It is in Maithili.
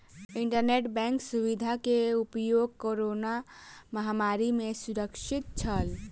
इंटरनेट बैंक सुविधा के उपयोग कोरोना महामारी में सुरक्षित छल